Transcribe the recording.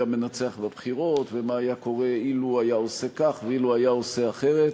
היה מנצח בבחירות ומה היה קורה אילו היה עושה כך ואילו היה עושה אחרת.